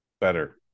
better